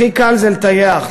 הכי קל זה לטייח,